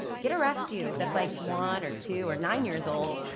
get a rescue that's like one or two or nine years old.